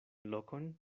lokon